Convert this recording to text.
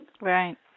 Right